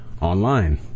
online